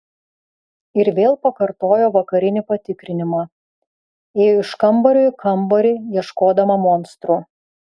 ir vėl pakartojo vakarinį patikrinimą ėjo iš kambario į kambarį ieškodama monstrų